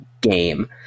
game